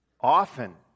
often